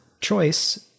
choice